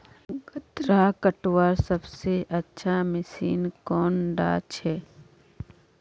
गन्ना कटवार सबसे अच्छा मशीन कुन डा छे?